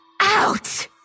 out